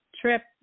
trip